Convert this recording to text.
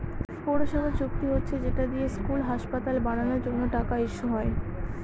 পৌরসভার চুক্তি হচ্ছে যেটা দিয়ে স্কুল, হাসপাতাল বানানোর জন্য টাকা ইস্যু হয়